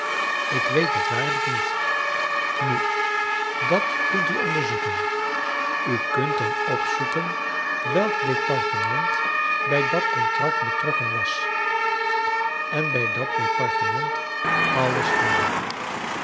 ik weet het waarlijk niet nul dat kunt u onderzoeken u kunt dan opzoeken welk departement bij dat contract betrokken was en bij dat departement alles vinden